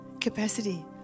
capacity